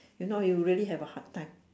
you know you really have a hard time